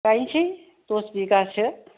गायसै दस बिगासो